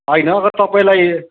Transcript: होइन अगर तपाईँलाई